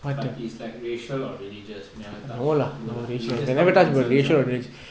but is like racial or religious we never touched good lah we just talk nonsense ah